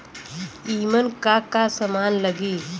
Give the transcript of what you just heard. ईमन का का समान लगी?